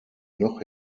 noch